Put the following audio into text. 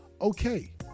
okay